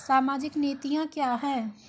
सामाजिक नीतियाँ क्या हैं?